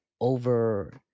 over